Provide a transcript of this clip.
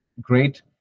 great